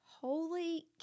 Holy